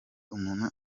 umuntu